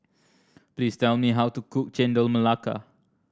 please tell me how to cook Chendol Melaka